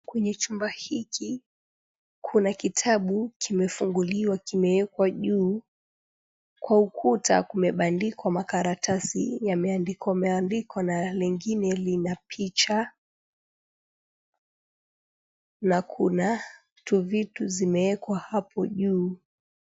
Kwenye chumba hiki kuna kitabu kimefunguliwa kimeeekwa juu. Kwa ukuta, kumebandikwa makaratasi yameandikwa andikwa na mengine lina picha na kuna tuvitu zimeekwa hapo juu.